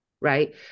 Right